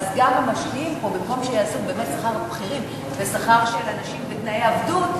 אז גם המשקיעים פה במקום שיעשו שכר בכירים ושכר של אנשים בתנאי עבדות,